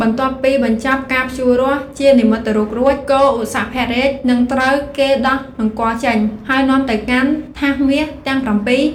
បន្ទាប់ពីបញ្ចប់ការភ្ជួររាស់ជានិមិត្តរូបរួច គោឧសភរាជនឹងត្រូវគេដោះនង្គ័លចេញ ហើយនាំទៅកាន់ថាសមាសទាំង ៧